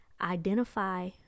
Identify